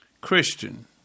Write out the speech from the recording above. Christian